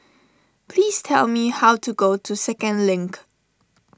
please tell me how to go to Second Link